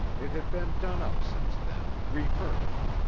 it had been done up since then, refurnished,